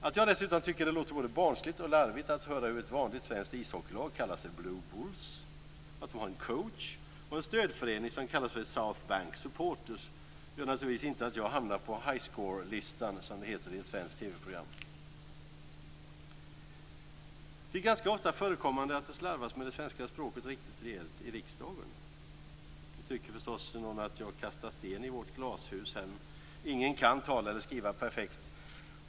Att jag dessutom tycker att det låter både barnsligt och larvigt att höra hur ett vanligt svenskt ishockeylag kallar sig Blue Bulls, att det har en coach och en stödförening som kallar sig för South Bank supporters gör naturligtvis inte att jag hamnar på "High score-listan" som det heter i ett svenskt TV-program. Det är ganska ofta förekommande att det slarvas med det svenska språket riktigt rejält i riksdagen. Nu tycker förstås någon att jag kastar sten i vårt glashus. Ingen kan tala eller skriva perfekt.